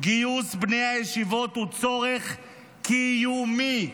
"גיוס בני הישיבות הוא צורך קיומי".